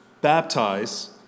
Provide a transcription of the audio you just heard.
baptize